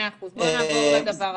מאה אחוז, בוא נעבור לדבר הבא.